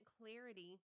clarity